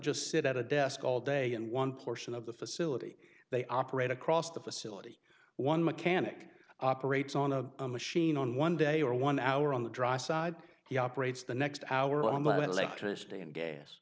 just sit at a desk all day in one portion of the facility they operate across the facility one mechanic operates on a machine on one day or one hour on the dry side he operates the next hour